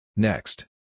Next